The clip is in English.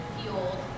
fueled